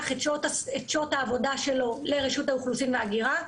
את שעות העבודה שלו לרשות האוכלוסין וההגירה.